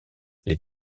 les